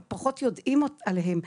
ופחות יודעים עליהם.